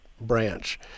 branch